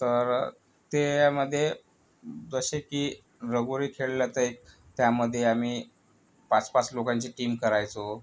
तर त्याच्यामध्ये जसे की लगोरी खेळलं तर त्यामध्ये आम्ही पाच पाच लोकांची टीम करायचो